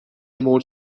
موج